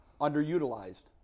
underutilized